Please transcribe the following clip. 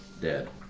dead